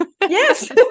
Yes